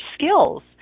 skills